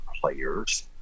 players